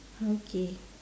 okay